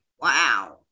Wow